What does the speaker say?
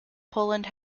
poland